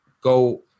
go